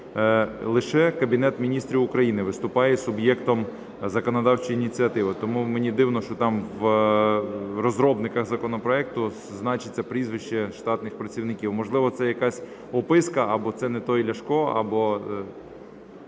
лише Кабінет Міністрів України виступає суб'єктом законодавчої ініціативи. Тому мені дивно, що там в розробниках законопроекту значиться прізвище штатних працівників, можливо, це якась описка або це не той Ляшко, або…